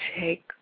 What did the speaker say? take